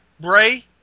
Bray